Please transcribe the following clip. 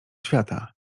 świata